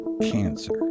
cancer